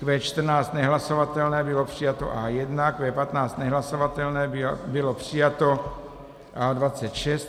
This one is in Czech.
Q14 nehlasovatelné, bylo přijato A1 . Q15 nehlasovatelné, bylo přijato A26.